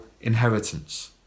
inheritance